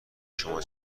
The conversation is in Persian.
شما